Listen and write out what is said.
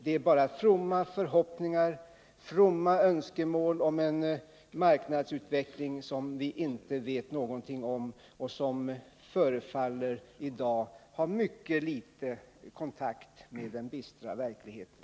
Det är bara fromma förhoppningar, fromma önskemål om en marknadsutveckling som vi inte vet någonting om och som i dag förefaller ha mycket litet kontakt med den bistra verkligheten.